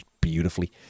beautifully